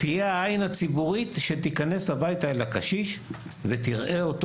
תהיה העין הציבורית שתיכנס אל בית הקשיש ותראה אותו.